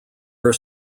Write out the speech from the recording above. are